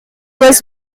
was